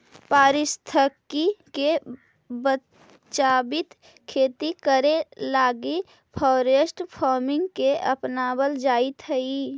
पारिस्थितिकी के बचाबित खेती करे लागी फॉरेस्ट फार्मिंग के अपनाबल जाइत हई